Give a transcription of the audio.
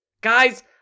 Guys